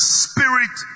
spirit